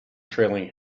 trailing